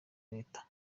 leta